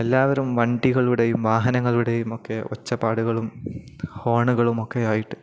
എല്ലാവരും വണ്ടികളുടെയും വാഹനങ്ങളുടെയും ഒക്കെ ഒച്ചപ്പാടുകളും ഹോണുകളുമൊക്കെയായിട്ട്